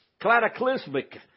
cataclysmic